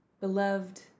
beloved